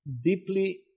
deeply